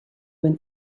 been